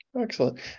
Excellent